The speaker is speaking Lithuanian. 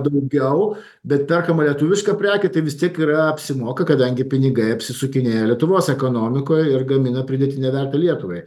daugiau bet perkama lietuviška prekė tai vis tiek yra apsimoka kadangi pinigai apsisukinėja lietuvos ekonomikoj ir gamina pridėtinę vertę lietuvai